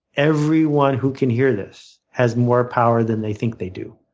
everyone who can hear this has more power than they think they do.